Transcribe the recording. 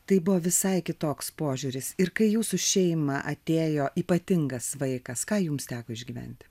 tai buvo visai kitoks požiūris ir kai į jūsų šeimą atėjo ypatingas vaikas ką jums teko išgyventi